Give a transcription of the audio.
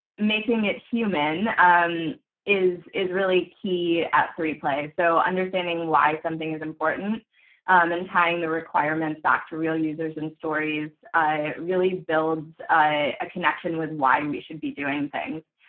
making it human um is is really key at three play. so understanding why something is important and tying the requirements back to real users and stories really builds a connection with why we should be doing things.